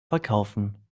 verkaufen